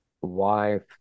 wife